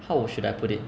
how should I put it